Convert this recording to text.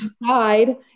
decide